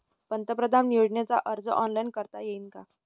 पंतप्रधान योजनेचा अर्ज ऑनलाईन करता येईन का?